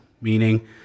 meaning